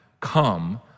come